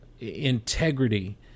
integrity